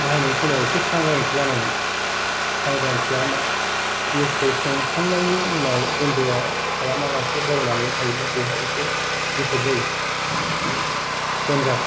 बाहायनाय समाव एसे सांग्रांथि जानांगौ सांग्रांथिआ मा गेसखौ संखांनायनि उनाव बन्द खालामालासिनो बावनानै थायोब्ला बेनो एसे बिपद जायो डेनजार